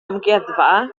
amgueddfa